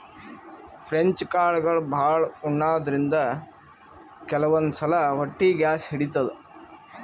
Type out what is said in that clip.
French ಕಾಳ್ಗಳ್ ಭಾಳ್ ಉಣಾದ್ರಿನ್ದ ಕೆಲವಂದ್ ಸಲಾ ಹೊಟ್ಟಿ ಗ್ಯಾಸ್ ಹಿಡಿತದ್